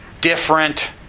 different